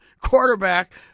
quarterback